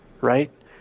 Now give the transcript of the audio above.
right